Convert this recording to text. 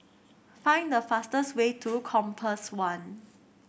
find the fastest way to Compass One